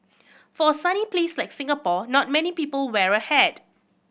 for a sunny place like Singapore not many people wear a hat